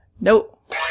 Nope